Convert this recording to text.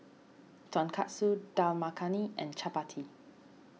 Tonkatsu Dal Makhani and Chapati